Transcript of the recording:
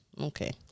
okay